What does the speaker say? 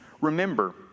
remember